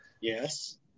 Yes